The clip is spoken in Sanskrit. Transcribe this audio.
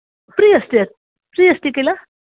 फ्रि़ अस्ति फ्रि़ अस्ति किल